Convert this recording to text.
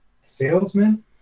salesman